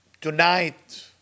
tonight